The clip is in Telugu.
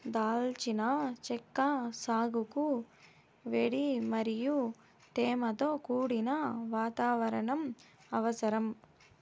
దాల్చిన చెక్క సాగుకు వేడి మరియు తేమతో కూడిన వాతావరణం అవసరం